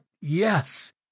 Yes